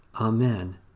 Amen